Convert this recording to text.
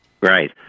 Right